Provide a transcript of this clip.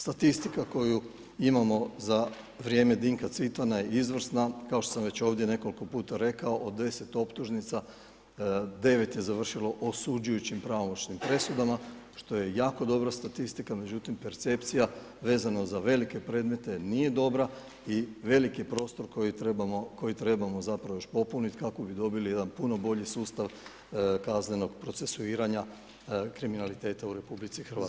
Statistika koju imamo za vrijeme Dinka Cvitana je izvrsna, kao što sam već ovdje nekoliko puta rekao, od 10 optužnica, 9 je završilo osuđujućim pravomoćnim presudama, što je jako dobra statistika, međutim, percepcija, vezano za velike predmete nije dobra i veliki je prostro koji trebamo zapravo još popuniti kako bi dobili jedan puno bolji sustav kaznenog procesuiranja kriminaliteta u RH.